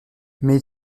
mais